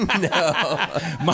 no